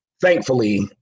Thankfully